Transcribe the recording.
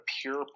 pure